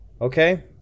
Okay